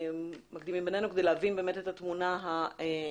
מקדימים בינינו כדי להבין את התמונה המלאה.